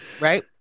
Right